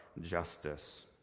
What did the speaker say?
justice